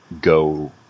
go